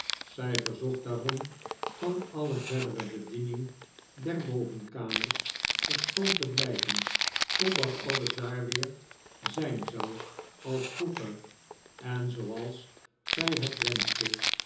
zij verzocht daarom van alle verdere bediening der bovenkamers verschoond te blijven totdat alles daar weer zijn zpu als vroeger en zooals zij het wenschte